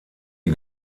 die